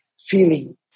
feeling